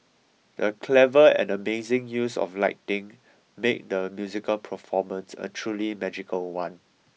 the clever and amazing use of lighting made the musical performance a truly magical one